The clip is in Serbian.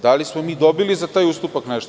Da li smo mi dobili za taj ustupak nešto?